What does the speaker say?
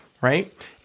right